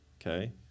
Okay